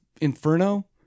Inferno